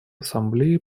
ассамблеи